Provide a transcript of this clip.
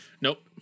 nope